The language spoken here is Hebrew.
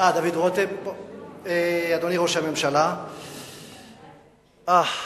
אדוני ראש הממשלה, אח!